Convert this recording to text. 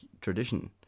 tradition